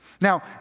Now